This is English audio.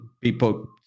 People